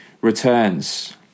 returns